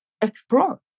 explore